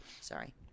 Sorry